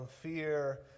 fear